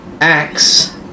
axe